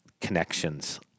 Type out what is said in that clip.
connections